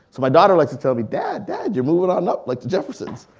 so my daughter likes to tell me dad, dad, you're moving on up, like the jeffersons.